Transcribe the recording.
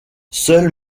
seul